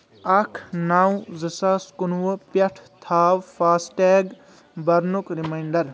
اکھ نو زٕ ساس کُنہٕ وُہ پٮ۪ٹھ تھاو فاسٹ ٹیگ برنُک رمنانڈر